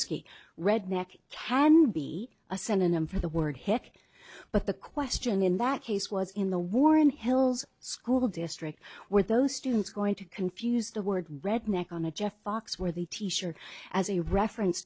ski redneck can be a synonym for the word heck but the question in that case was in the war in hell's school district where those students going to confuse the word redneck on a jeff foxworthy t shirt as a reference